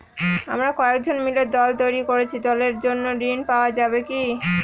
আমরা কয়েকজন মিলে দল তৈরি করেছি দলের জন্য ঋণ পাওয়া যাবে কি?